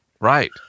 right